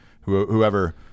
whoever